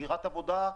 הגירת עבודה,